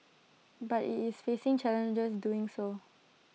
but IT is facing challenges doing so